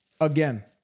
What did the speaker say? again